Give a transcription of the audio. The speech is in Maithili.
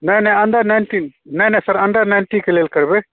नहि नहि अण्डर नाइन्टीन नहि नहि सर अण्डर नाइन्टीके लेल करबै